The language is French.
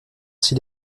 s’il